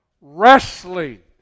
Wrestling